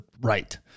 right